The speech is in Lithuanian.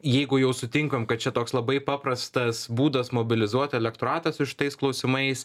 jeigu jau sutinkam kad čia toks labai paprastas būdas mobilizuot elektoratą su šitais klausimais